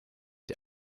der